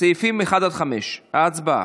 סעיפים 1 5. הצבעה.